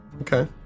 Okay